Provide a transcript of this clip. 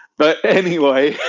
but, anyway.